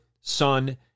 Son